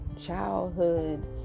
childhood